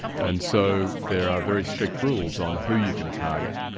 and so there are very strict rules on who you can target,